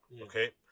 Okay